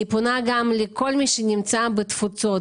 אני פונה גם לכל מי שנמצא בתפוצות,